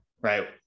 right